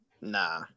nah